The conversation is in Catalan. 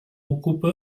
ocupa